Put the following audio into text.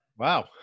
Wow